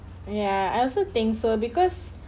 ya I also think so because